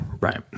Right